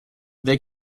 they